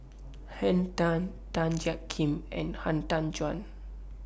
Henn Tan Tan Jiak Kim and Han Tan Juan